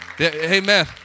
Amen